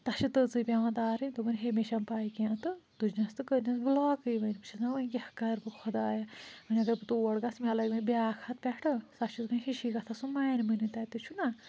تَتھ چھِ تٔژٕے پٮ۪وان تارٕنۍ دوٚپُن ہے مےٚ چھَنہٕ پےَ کینٛہہ تہٕ تُجنَس تہٕ کٔرنَس بُلاکٕے وۅنۍ بہٕ چھَس دَپان وۅنۍ کیٛاہ کَرٕ بہٕ خۄدایا وۅنۍ اَگر بہٕ تور گژھٕ مےٚ لَگَن بیٛاکھ ہَتھ پٮ۪ٹھٕ سۅ چھَس وۅنۍ ہِشی کَتھا سُہ مانہِ مٕے نہٕ تَتہِ چھُنا